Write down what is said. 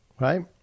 Right